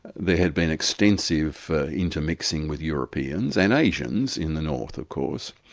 there had been extensive intermixing with europeans and asians in the north of course.